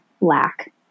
lack